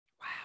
Wow